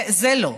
זה לא.